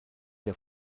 der